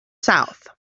south